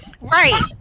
right